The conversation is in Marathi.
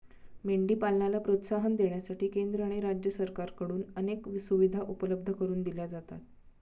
मेंढी पालनाला प्रोत्साहन देण्यासाठी केंद्र आणि राज्य सरकारकडून अनेक सुविधा उपलब्ध करून दिल्या जातात